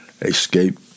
Escape